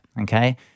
Okay